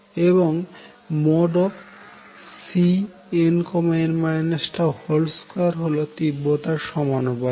এবং Cnn τ2 হল তিব্রতার সমানুপাতিক